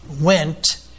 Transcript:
went